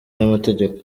n’amategeko